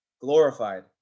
glorified